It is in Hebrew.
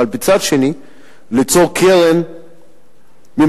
אבל מצד שני ליצור קרן ממשלתית